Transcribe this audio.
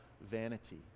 vanity